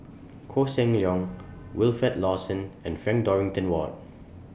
Koh Seng Leong Wilfed Lawson and Frank Dorrington Ward